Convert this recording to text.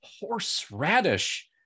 horseradish